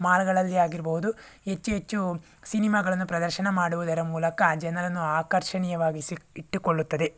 ಮಾಲುಗಳಲ್ಲಿ ಆಗಿರಬಹುದು ಹೆಚ್ಚು ಹೆಚ್ಚು ಸಿನಿಮಾಗಳನ್ನು ಪ್ರದರ್ಶನ ಮಾಡುವುದರ ಮೂಲಕ ಜನರನ್ನು ಆಕರ್ಷಣೀಯವಾಗಿಸಿ ಇಟ್ಟುಕೊಳ್ಳುತ್ತದೆ